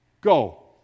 Go